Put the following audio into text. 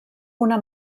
una